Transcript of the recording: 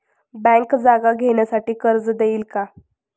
Bank जागा घेण्यासाठी कर्ज देईल का?